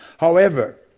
however,